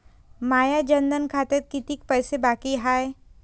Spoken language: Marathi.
माया जनधन खात्यात कितीक पैसे बाकी हाय?